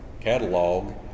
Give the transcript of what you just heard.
catalog